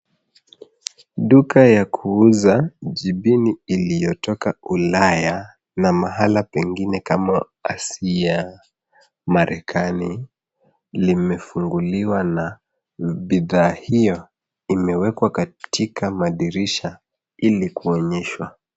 Duka yakuuza vipini viliotoka ulaya na mahala pengine kama Asia Marekani limefunguliwa na bidhaa hiyo imewekwa katika madirisha ili kuonyeshwa.